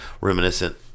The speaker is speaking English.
reminiscent